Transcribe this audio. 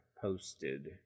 posted